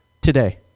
today